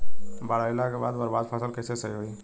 बाढ़ आइला के बाद बर्बाद फसल कैसे सही होयी?